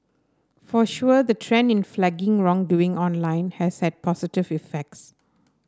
for sure the trend in flagging wrong doing online has had positive effects